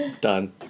done